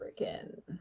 freaking